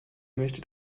möchte